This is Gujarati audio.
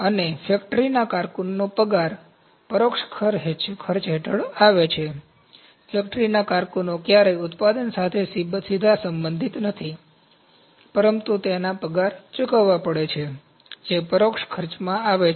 અને ફેક્ટરી કારકુનોના પગાર પરોક્ષ ખર્ચ હેઠળ આવે છે ફેક્ટરી કારકુનો ક્યારેય ઉત્પાદન સાથે સીધા સંબંધિત નથી પરંતુ તેમના પગાર ચૂકવવા પડે છે જે પરોક્ષ ખર્ચમાં આવે છે